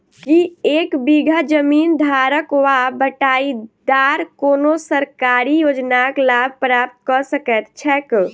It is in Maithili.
की एक बीघा जमीन धारक वा बटाईदार कोनों सरकारी योजनाक लाभ प्राप्त कऽ सकैत छैक?